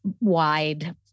wide